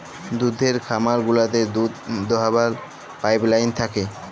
দুহুদের খামার গুলাতে দুহুদ দহাবার পাইপলাইল থ্যাকে